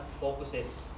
focuses